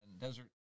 Desert